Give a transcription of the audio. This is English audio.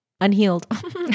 unhealed